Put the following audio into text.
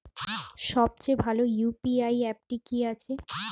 সবচেয়ে ভালো ইউ.পি.আই অ্যাপটি কি আছে?